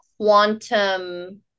quantum